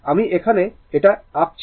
আমি এখানে এটা এঁকেছি